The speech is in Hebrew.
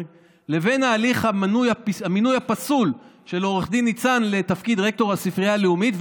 לבין הליך המינוי הפסול של עו"ד ניצן לתפקיד רקטור הספרייה הלאומית,